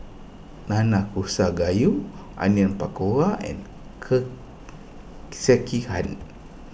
Nanakusa Gayu Onion Pakora and Sekihan